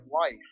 life